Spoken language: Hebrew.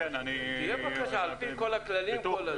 תהיה בקשה על פי כל הכללים.